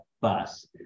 bus